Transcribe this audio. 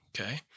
Okay